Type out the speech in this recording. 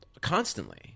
constantly